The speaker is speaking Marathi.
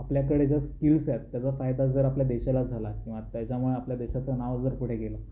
आपल्याकडे ज्या स्किल्स आहेत त्याचा फायदा जर आपल्या देशाला झाला किंवा त्याच्यामुळे आपल्या देशाचं नाव जर पुढे गेलं